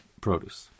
produce